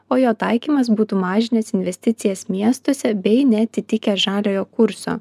o jo taikymas būtų mažinęs investicijas miestuose bei neatitikęs žaliojo kurso